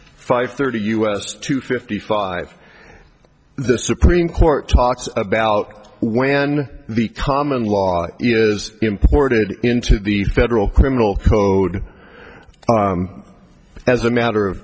five thirty us two fifty five the supreme court talks about when the common law is imported into the federal criminal code as a matter of